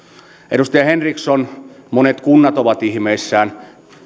edustaja henriksson monet kunnat ovat ihmeissään